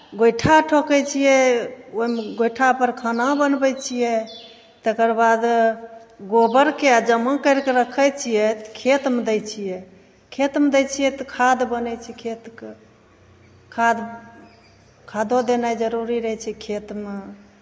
गोइठा ठोकै छियै ओहिमे गोइठापर खाना बनबै छियै तकर बाद गोबरके जमा करि कऽ रखै छियै तऽ खेतमे दै छियै खेतमे दै छियै तऽ खाद बनै छै खेतके खाद खादो देनाइ जरूरी रहै छै खेतमे